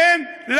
כן?